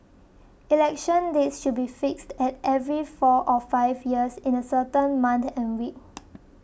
election dates should be fixed at every four or five years in a certain month and week